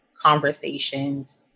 conversations